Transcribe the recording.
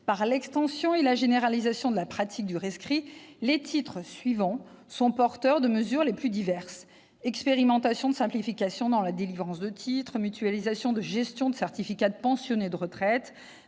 par l'extension et la généralisation de la pratique du rescrit -, les titres suivants sont porteurs de mesures les plus diverses : expérimentation de simplification dans la délivrance de titres, mutualisation de gestion de certificats de pensionnés de retraite,